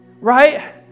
right